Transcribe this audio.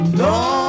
¡No